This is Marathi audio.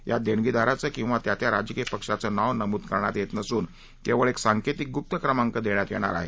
यात देणगीदाराचं किंवा त्या त्या राजकीय पक्षाचं नाव नमूद करण्यात येत नसून केवळ एक सांकेतिक गुप्त क्रमांक देण्यात येणार आहे